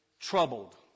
troubled